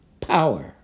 power